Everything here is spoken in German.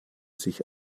sich